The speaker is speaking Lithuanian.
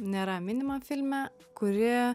nėra minima filme kuri